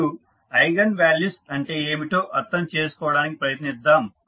ఇప్పుడు eigen values అంటే ఏమిటో అర్థం చేసుకోవడానికి ప్రయత్నిద్దాం